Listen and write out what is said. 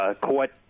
court